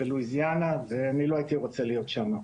ובלואיזיאנה ואני לא הייתי רוצה להיות שם.